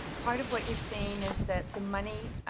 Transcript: part of what you're saying is that the money